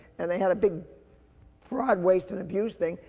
and they had a big fraud waste and abuse thing.